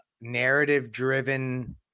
narrative-driven